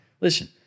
Listen